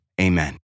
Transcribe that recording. Amen